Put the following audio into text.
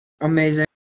Amazing